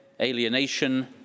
alienation